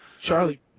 Charlie